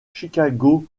chicago